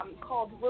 called